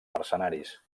mercenaris